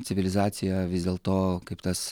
civilizacija vis dėlto kaip tas